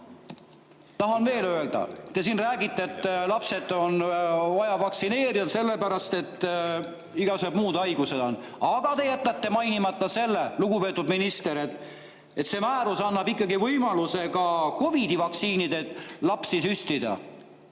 ajal. Tahan veel öelda, et te siin räägite, et lapsed on vaja vaktsineerida sellepärast, et igasugused muud haigused on, aga te jätate mainimata selle, lugupeetud minister, et see määrus annab ikkagi võimaluse ka COVID-i vaktsiinidega lapsi süstida.